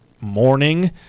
morning